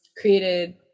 created